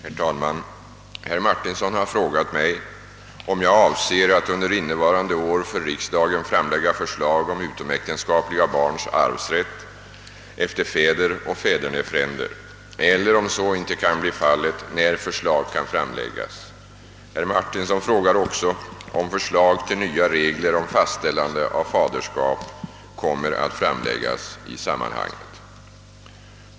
Herr talman! Herr Martinsson har frågat mig, om jag avser att under innevarande år för riksdagen framlägga förslag om utomäktenskapliga barns arvsrätt efter fäder och fädernefränder eller, om så inte kan bli fallet, när förslag kan framläggas. Herr Martinsson frågar också, om förslag till nya regler om fastställande av faderskap kommer att framläggas i sammanhanget.